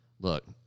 look